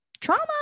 Trauma